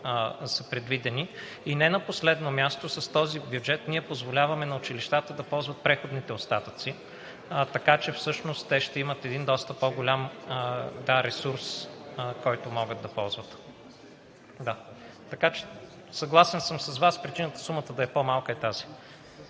са предвидени. Не на последно място, с този бюджет ние позволяваме на училищата да ползват преходните остатъци, така че всъщност те ще имат доста по-голям ресурс, който ще могат да ползват. Съгласен съм с Вас, но тази е причината сумата да е по-малка.